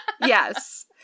Yes